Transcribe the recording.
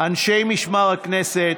אנשי משמר הכנסת,